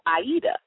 Aida